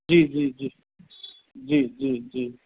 जी जी जी जी जी जी